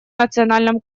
национальном